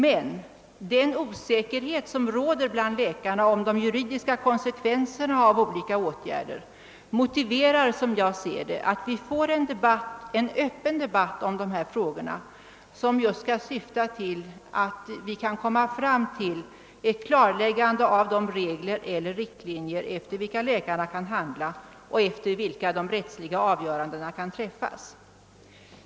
Men den osäkerhet som råder bland läkarna om de juridiska konsekvenserna av olika åtgärder motiverar, som jag ser det, att vi får en öppen debatt om dessa frågor, så att vi kan komma fram till ett klarläggande av de regler eller riktlinjer efter vilka läkarna kan handla och efter vilka de rättsliga avgörandena skall träffas.